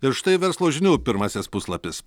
ir štai verslo žinių pirmasis puslapis